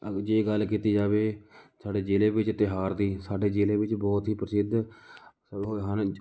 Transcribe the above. ਅਗ ਜੇ ਗੱਲ ਕੀਤੀ ਜਾਵੇ ਸਾਡੇ ਜ਼ਿਲ੍ਹੇ ਵਿੱਚ ਤਿਉਹਾਰ ਦੀ ਸਾਡੇ ਜ਼ਿਲ੍ਹੇ ਵਿੱਚ ਬਹੁਤ ਹੀ ਪ੍ਰਸਿੱਧ ਹੋਏ ਹਨ